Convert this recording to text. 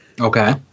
Okay